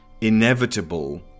inevitable